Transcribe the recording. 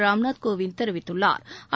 ராம்நாத் கோவிந்த் தெரிவித்துள்ளாா்